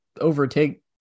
overtake